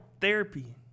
Therapy